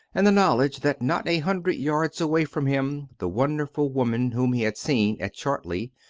and the knowledge that not a hundred yards away from him the wonderful woman whom he had seen at chartley,